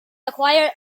acquired